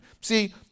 See